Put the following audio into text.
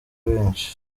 benshi